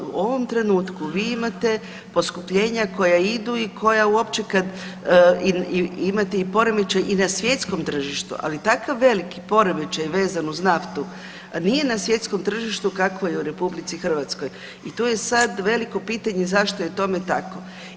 U ovom trenutku vi imate poskupljenja koja idu i koja uopće, imate poremećaj i na svjetskom tržištu, ali takav poremećaj vezan uz naftu nije na svjetskom tržištu kakvo je u RH i tu je sad veliko pitanje zašto je tome tako.